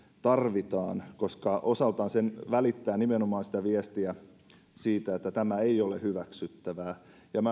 tarvitaan koska osaltaan se välittää nimenomaan sitä viestiä että tämä ei ole hyväksyttävää